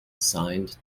signed